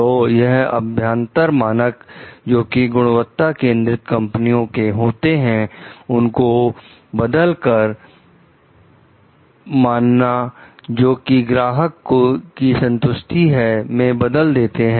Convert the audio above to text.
तो वह अभ्यांतर मानक जोकि गुणवत्ता केंद्रित कंपनियों के होते हैं उसको बदलकर बाहें मानना जो कि ग्राहक की संतुष्टि है मे बदल देते हैं